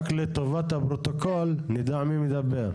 רק לטובת הפרוטוקול, נדע מי מדבר.